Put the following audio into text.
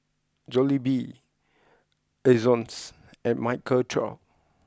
Jollibee Ezion's and Michael Trio